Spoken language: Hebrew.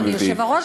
אדוני היושב-ראש,